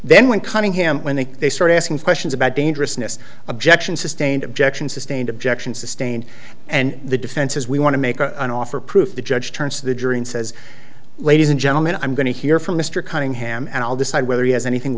then when cunningham when they they start asking questions about dangerousness objection sustained objections stand objection sustained and the defense says we want to make an offer proof the judge turns to the jury and says ladies and gentlemen i'm going to hear from mr cunningham and i'll decide whether he has anything